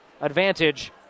advantage